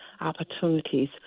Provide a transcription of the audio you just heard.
opportunities